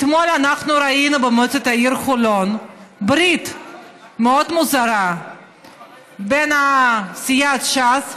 אתמול אנחנו ראינו במועצת העיר חולון ברית מאוד מוזרה בין סיעת ש"ס,